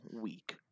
week